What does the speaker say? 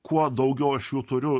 kuo daugiau aš jų turiu